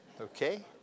Okay